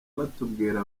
batubwira